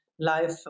life